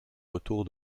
retour